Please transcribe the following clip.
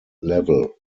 level